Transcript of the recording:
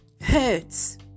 hurts